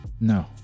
No